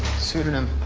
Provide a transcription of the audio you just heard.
sudonym?